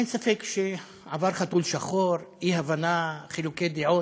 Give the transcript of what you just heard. אין ספק שעבר חתול שחור, אי-הבנה, חילוקי דעות.